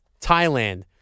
Thailand